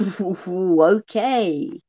Okay